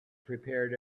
prepared